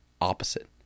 opposite